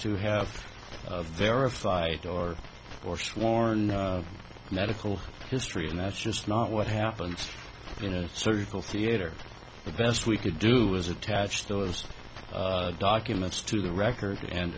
to have verified or or sworn medical history and that's just not what happens in a surgical theater the best we could do was attach those documents to the records and